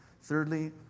Thirdly